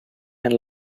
and